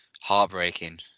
heartbreaking